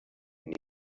wenn